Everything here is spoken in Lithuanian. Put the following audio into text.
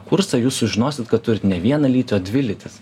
kursą jūs sužinosit kad turit ne vieną lytį o dvi lytis